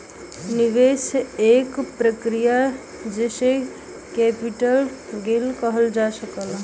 निवेश एक प्रक्रिया जेसे कैपिटल गेन करल जा सकला